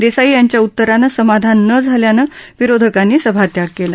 देसाई यांच्या उत्तरानं समाधान नं झाल्यानं विरोधकांनी सभात्याग केला